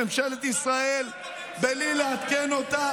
את ממשלת ישראל, בלי לעדכן אותה?